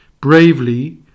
Bravely